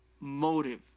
motive